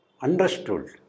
understood